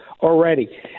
already